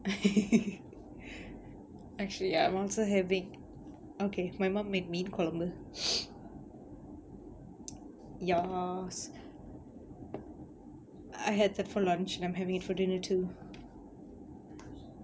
actually ya I'm also having okay my mom made meen kuzhambu kolambu your house I had that for lunch and I'm having it for dinner too